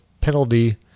penalty